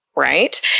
Right